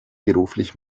beruflich